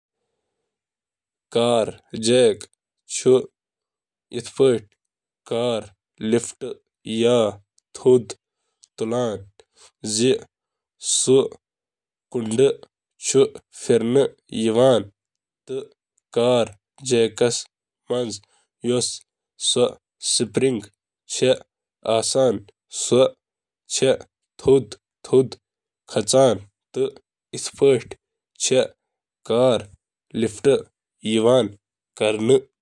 یِم جیک چھِ ہائیڈرولک سیال یا تیٖلُک طاقت گوٚب بوجھ منتقل کرنہٕ یا تُلنہٕ خٲطرٕ استعمال کران۔ فورس لاگو کرنُک بنیٲدی طریقہٕ کار چُھ استعمال گژھن وٲل جیک قسمہٕ نِش مختلف، مگر یہٕ چُھ عام طورس پیٹھ ہائیڈرولک سلنڈر یا سکرو تھرڈس پیٹھ انحصار کران۔